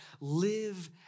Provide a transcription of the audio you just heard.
Live